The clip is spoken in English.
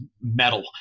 metal